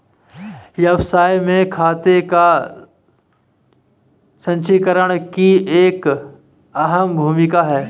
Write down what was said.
व्यवसाय में खाते का संचीकरण की एक अहम भूमिका है